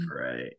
Right